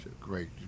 Great